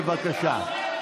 בבקשה.